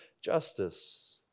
justice